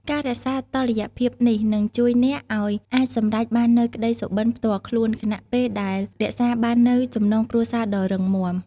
ការរក្សាតុល្យភាពនេះ នឹងជួយអ្នកឲ្យអាចសម្រេចបាននូវក្ដីសុបិនផ្ទាល់ខ្លួន ខណៈពេលដែលរក្សាបាននូវចំណងគ្រួសារដ៏រឹងមាំ ។